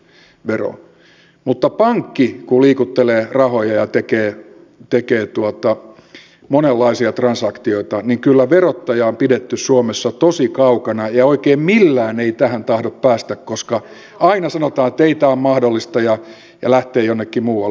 mutta pankki kun liikuttelee rahoja ja tekee monenlaisia transaktioitaan niin kyllä verottaja on pidetty suomessa tosi kaukana ja oikein millään tähän ei tahdo päästä koska aina sanotaan ettei tämä ole mahdollista ja lähtee jonnekin muualle